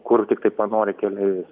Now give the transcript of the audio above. kur tiktai panori keleivis